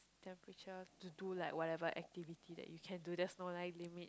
temperature to do like whatever activity that you can do just no line limit